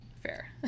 Fair